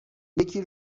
یکی